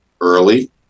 early